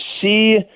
see